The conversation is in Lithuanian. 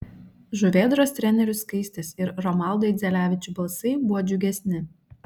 žuvėdros trenerių skaistės ir romaldo idzelevičių balsai buvo džiugesni